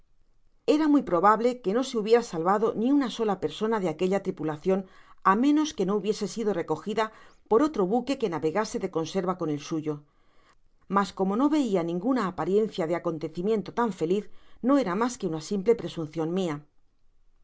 era muy probable que no se hubiera salvado ni una sola persona de aquella tripulacion á menos que no hubiese sido recogida por otro buque que navegase de conserva con el suyo mas como no veia ninguna apariencia de acontecimiento tan feliz no era mas que una simple presuncion mia